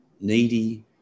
needy